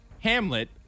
Hamlet